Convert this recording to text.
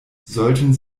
sollten